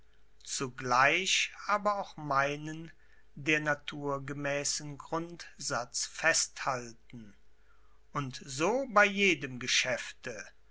zugleich aber auch meinen der natur gemäßen grundsatz festhalten und so bei jedem geschäfte